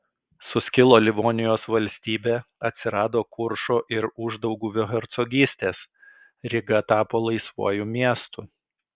suskilo livonijos valstybė atsirado kuršo ir uždauguvio hercogystės ryga tapo laisvuoju miestu